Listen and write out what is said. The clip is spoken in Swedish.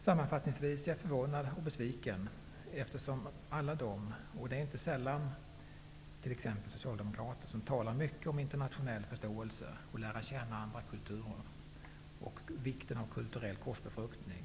Sammanfattningsvis är jag förvånad och besviken, eftersom viljan inte räcker till för alla dem -- inte sällan t.ex. socialdemokrater -- som talar mycket om internationell förståelse, om vikten av att lära känna andra kulturer och om kulturell korsbefruktning.